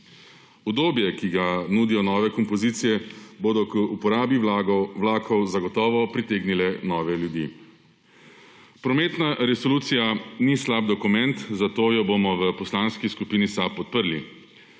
Udobje, ki ga nudijo nove kompozicije, bodo k uporabi vlakov zagotovo pritegnile nove ljudi. Prometna resolucija ni slab dokument, zato jo bomo v Poslanski skupini SAB podprli.